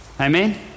Amen